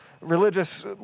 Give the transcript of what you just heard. religious